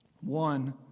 One